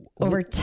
over